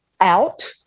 out